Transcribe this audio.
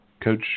Coach